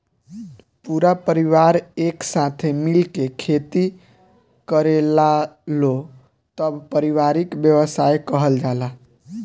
पूरा परिवार एक साथे मिल के खेती करेलालो तब पारिवारिक व्यवसाय कहल जाला